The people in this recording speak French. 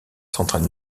centrale